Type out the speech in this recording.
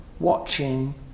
watching